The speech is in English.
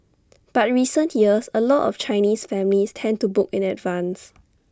but recent years A lot of Chinese families tend to book in advance